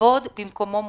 והכבוד במקומו מונח.